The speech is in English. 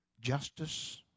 justice